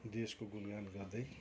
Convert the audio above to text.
देशको गुणगाण गर्दै